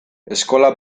eskola